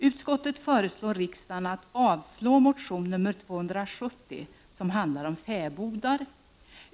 Utskottet föreslår riksdagen att avslå motion Kr270, som handlar om fäbodar.